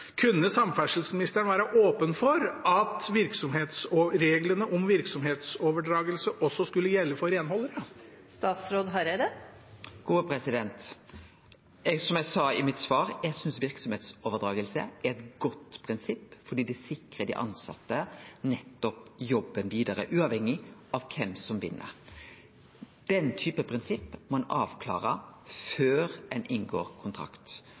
Kunne samferdselsministeren være åpen for at reglene om virksomhetsoverdragelse også skulle gjelde for renholdere? Som eg sa i svaret mitt, synest eg verksemdsoverdraging er eit godt prinsipp fordi det sikrar dei tilsette jobben vidare uavhengig av kven som vinn. Den typen prinsipp må ein avklare før ein inngår kontrakt.